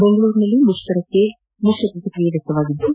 ಬೆಂಗಳೂರಿನಲ್ಲಿ ಮುಷ್ಕರಕ್ಕೆ ಮಿಶ್ರ ಪ್ರಕಿಕ್ರಿಯೆ ವ್ಯಕ್ತವಾಗಿದ್ದು